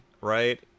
right